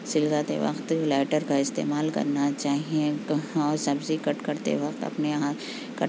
سلگاتے وقت لائٹر کا استعمال کرنا چاہیے اور سبزی کٹ کرتے وقت اپنے ہاتھ